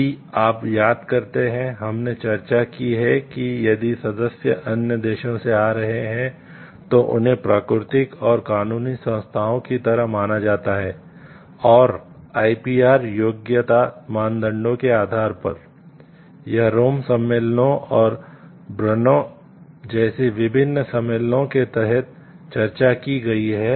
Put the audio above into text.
यदि आप याद करते हैं हमने चर्चा की है कि यदि सदस्य अन्य देशों से आ रहे हैं तो उन्हें प्राकृतिक और कानूनी संस्थाओं की तरह माना जाता है और आईपीआर जैसे विभिन्न सम्मेलनों के तहत चर्चा की गई है